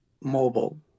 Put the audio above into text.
mobile